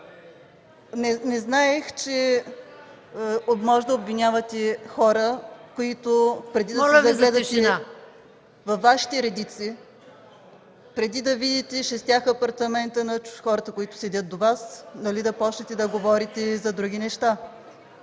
Не знаех, че може да обвинявате хора и преди да се загледате във Вашите редици, преди да видите шестте апартамента на хората, които седят до Вас, да започнете да говорите и за други неща.